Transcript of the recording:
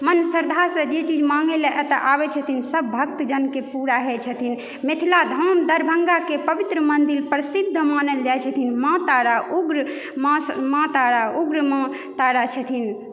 मन श्रद्धा से जे चीज माङ्गे लै एतऽ आबै छथिन सब भक्त जनके पूरा होइ छथिन मिथिला धाम दरभंगाके पवित्र मन्दिर प्रसिद्ध मानल जाइ छथिन माँ तारा उग्र माँ माँ तारा उग्र माँ तारा छथिन